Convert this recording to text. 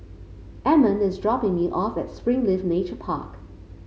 Amon is dropping me off at Springleaf Nature Park